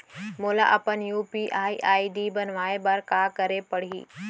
मोला अपन UPI ID बनाए बर का करे पड़ही?